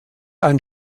ein